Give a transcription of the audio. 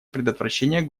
предотвращение